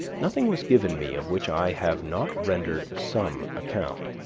nothing was given me of which i have not rendered some account.